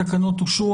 התקנות אושרו.